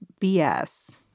BS